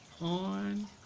on